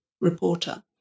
reporter